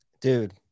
Dude